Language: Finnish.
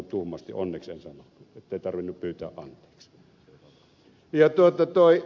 onneksi en sanonut ettei tarvinnut pyytää anteeksi